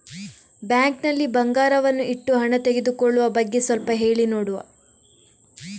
Bank ನಲ್ಲಿ ಬಂಗಾರವನ್ನು ಇಟ್ಟು ಹಣ ತೆಗೆದುಕೊಳ್ಳುವ ಬಗ್ಗೆ ಸ್ವಲ್ಪ ಹೇಳಿ ನೋಡುವ?